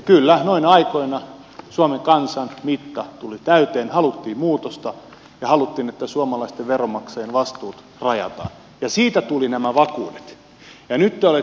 kyllä noina aikoina suomen kansan mitta tuli täyteen haluttiin muutosta ja haluttiin että suomalaisten veronmaksajien vastuut rajataan ja siitä tulivat nämä vakuudet